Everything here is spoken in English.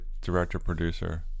director-producer